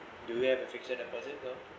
do you have a fixture deposit though